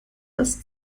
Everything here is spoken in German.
das